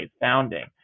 founding